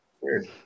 weird